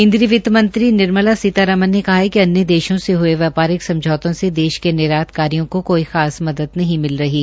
केन्द्रीय वित्तमंत्री निर्मला सीतारमण ने कहा कि अन्य देशों से हये व्यापारिक समझौतों से देश के निर्यात कारियों को कोई खास मदद नहीं मिल रही है